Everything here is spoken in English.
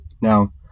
Now